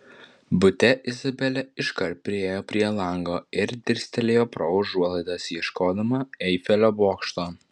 bute izabelė iškart priėjo prie lango ir dirstelėjo pro užuolaidas ieškodama eifelio bokšto